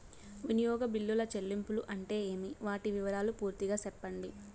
వినియోగ బిల్లుల చెల్లింపులు అంటే ఏమి? వాటి వివరాలు పూర్తిగా సెప్పండి?